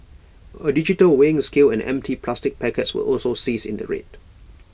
A digital weighing scale and empty plastic packets were also seized in the raid